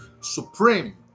supreme